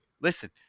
listen